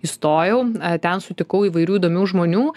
įstojau ten sutikau įvairių įdomių žmonių